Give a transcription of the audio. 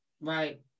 right